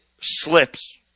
slips